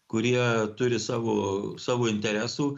kurie turi savo savo interesų